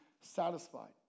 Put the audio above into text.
satisfied